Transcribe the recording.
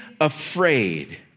afraid